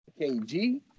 KG